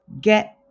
get